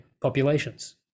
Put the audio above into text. populations